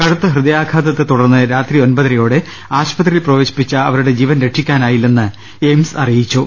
കടുത്ത ഹൃദയാഘാതത്തെ തുടർന്ന് രാത്രി ഒമ്പതരയോടെ ആശുപത്രിയിൽ പ്രവേശിച്ച അവരുടെ ജീവൻ രക്ഷിക്കാനായില്ലെന്ന് എയിംസ് കേന്ദ്രങ്ങൾ അറിയിച്ചു